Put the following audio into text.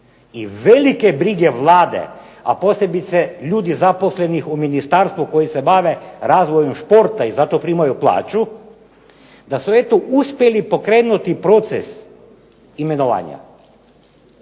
i velike brige Vlade, a posebice ljudi zaposlenih u ministarstvu koji se bave razvojem športa i zato primaju plaću, da su uspjeli pokrenuti proces imenovanja.